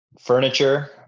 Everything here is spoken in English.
furniture